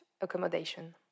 accommodation